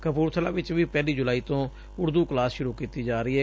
ਕਪੁਰਥਲਾ ਵਿਚ ਵੀ ਪਹਿਲੀ ਜੁਲਾਈ ਤੋ ਉਰਦੂ ਕਲਾਸ ਸ਼ੁਰੂ ਕੀਤੀ ਜਾ ਰਹੀ ਏ